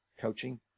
coaching